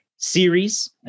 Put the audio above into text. series